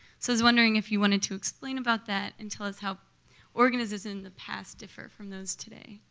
so i was wondering if you wanted to explain about that and tell us how organisms in the past differ from those today?